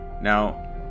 Now